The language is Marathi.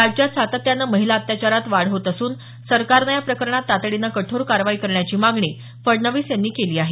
राज्यात सातत्याने महिला अत्याचारात वाढ होत असून सरकारने या प्रकरणात तातडीने कठोर कारवाई करण्याची मागणी फडणवीस यांनी केली आहे